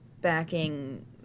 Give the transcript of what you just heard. backing